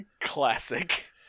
Classic